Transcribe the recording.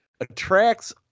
attracts